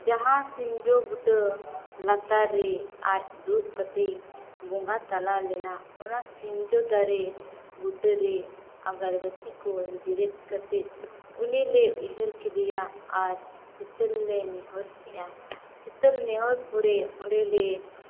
ᱡᱟᱦᱟᱸ ᱥᱤᱸᱡᱚ ᱵᱩᱴᱟᱹ ᱞᱟᱛᱟᱨ ᱨᱮ ᱟᱡ ᱫᱩᱲᱩᱵ ᱠᱟᱛᱮᱫ ᱵᱚᱸᱜᱟᱛᱟᱞᱟ ᱞᱮᱱᱟ ᱚᱱᱟ ᱥᱤᱸᱡᱚ ᱫᱟᱨᱮ ᱵᱩᱴᱟᱹᱨᱮ ᱟᱜᱚᱨᱵᱟᱹᱛᱤᱠᱚ ᱡᱮᱨᱮᱫ ᱠᱟᱛᱮᱫ ᱩᱱᱤᱞᱮ ᱩᱭᱦᱟᱹᱨ ᱠᱮᱫᱮᱭᱟ ᱟᱨ ᱦᱤᱛᱟᱹᱞ ᱞᱮ ᱱᱮᱦᱚᱨᱠᱮᱫᱼᱟ ᱦᱤᱛᱟᱹᱞ ᱱᱮᱦᱚᱨ ᱯᱚᱨᱮ ᱚᱸᱰᱮᱞᱮ